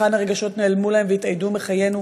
היכן הרגשות, נעלמו להם והתאיידו מחיינו?